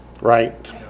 Right